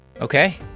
Okay